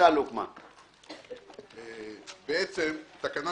בעצם תקנה